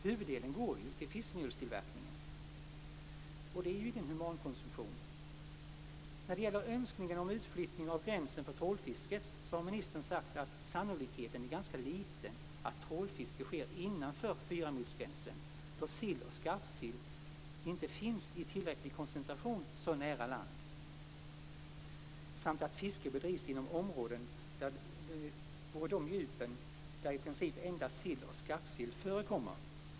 Huvuddelen går ju till fiskmjölstillverkningen, och det är ingen humankonsumtion. När det gäller önskan om utflyttning av gränsen för trålfisket har ministern sagt att sannolikheten är ganska liten att trålfiske sker innanför fyramilsgränsen, då sill och skarpsill inte finns i tillräcklig koncentration så nära land, samt att fiske bedrivs inom områden och på de djup där i princip endast sill och skarpsill förekommer.